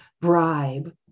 bribe